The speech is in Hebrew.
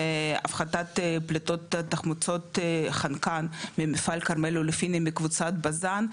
זה הפחתת פליטות תחמוצות חנקן במפעל כרמל אוליפינים מקבוצת בזן,